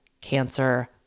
cancer